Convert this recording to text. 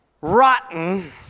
rotten